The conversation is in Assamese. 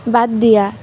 বাদ দিয়া